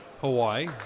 Hawaii